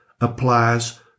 applies